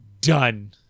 Done